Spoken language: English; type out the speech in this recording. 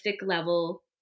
level